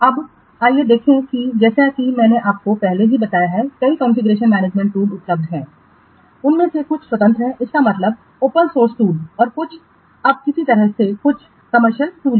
अब आइए देखें कि जैसा कि मैंने आपको पहले ही बताया है कई कॉन्फ़िगरेशन मैनेजमेंट टूल उपलब्ध हैं उनमें से कुछ स्वतंत्र हैं इसका मतलब हैओपन सोर्स टूल और कुछ अब किसी तरह से कुछ कमर्शियल टूल हैं